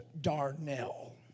darnell